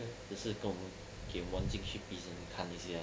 只是跟我们给我们进去 prison 看一下